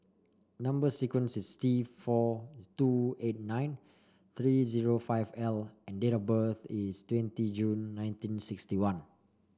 number sequence is T four two eight nine three zero five L and date of birth is twenty June nineteen sixty one